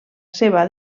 seva